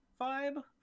vibe